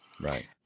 Right